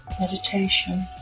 meditation